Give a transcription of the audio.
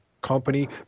company